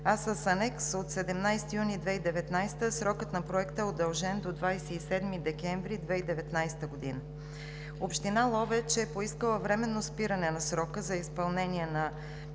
а с анекс от 17 юни 2019 г. срокът на Проекта е удължен до 27 декември 2019 г. Община Ловеч е поискала временно спиране на срока за изпълнение на